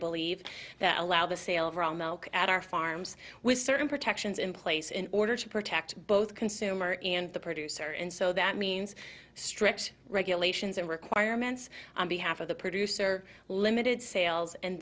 believe that allow the sale of raw milk at our farms with certain protections in place in order to protect both consumer and the producer and so that means strict regulations and requirements on behalf of the producer limited sales and